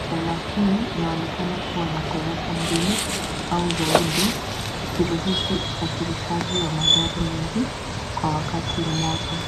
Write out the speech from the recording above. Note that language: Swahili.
Trela hii inaonekana kuwa na ghorofa mbili au zaidi ikiruhusu usafirishaji wa magari mengi kwa wakati moja.